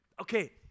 Okay